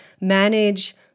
manage